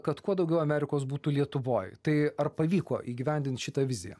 kad kuo daugiau amerikos būtų lietuvoj tai ar pavyko įgyvendint šitą viziją